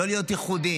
לא להיות ייחודי,